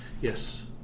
Yes